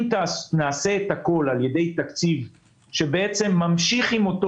אם נעשה הכול על ידי תקציב שממשיך עם אותו